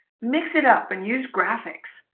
mix it up and use graphics,